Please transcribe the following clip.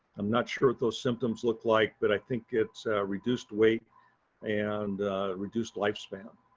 i'm not sure what those symptoms look like but i think it's reduced weight and reduced lifespan.